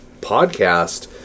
podcast